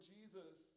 Jesus